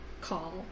call